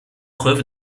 preuve